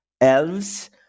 elves